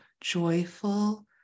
joyful